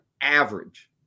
average